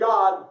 God